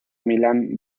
milán